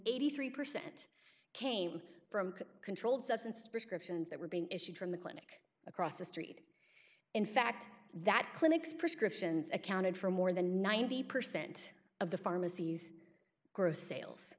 eighty three percent came from a controlled substance prescriptions that were being issued from the clinic across the street in fact that clinics prescriptions accounted for more than ninety percent of the pharmacies gross sales